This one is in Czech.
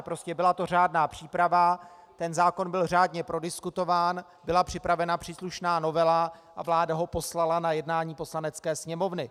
Prostě byla to řádná příprava, ten zákon byl řádně prodiskutován, byla připravena příslušná novela a vláda ho poslala na jednání Poslanecké sněmovny.